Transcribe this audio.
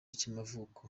cy’amavuko